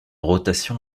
rotation